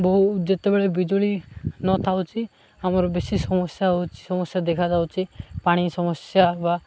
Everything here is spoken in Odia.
ବହୁ ଯେତେବେଳେ ବିଜୁଳି ନଥାଉଛି ଆମର ବେଶୀ ସମସ୍ୟା ହେଉଛି ସମସ୍ୟା ଦେଖାାଯାଉଛି ପାଣି ସମସ୍ୟା ବା